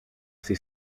στη